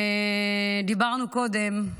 דיברנו קודם,